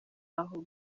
aho